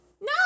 no